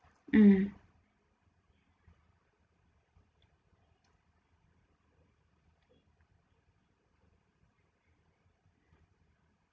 mm